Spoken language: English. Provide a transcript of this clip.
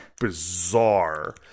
bizarre